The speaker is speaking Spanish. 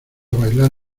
bailar